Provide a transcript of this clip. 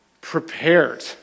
Prepared